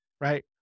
right